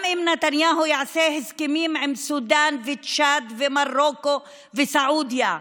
גם אם נתניהו יעשה הסכמים עם סודאן וצ'אד ומרוקו וסעודיה,